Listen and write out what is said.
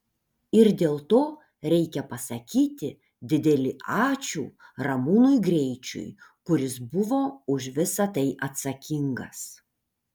ir dėl to reikia pasakyti didelį ačiū ramūnui greičiui kuris buvo už visa tai atsakingas